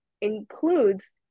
includes